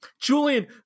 Julian